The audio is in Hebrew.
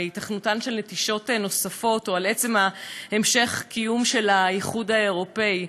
על היתכנות נטישות נוספות או על עצם המשך הקיום של האיחוד האירופי,